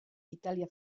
italia